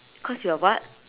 cause you are what